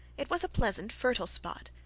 it was a pleasant fertile spot,